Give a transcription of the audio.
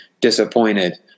disappointed